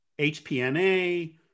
HPNA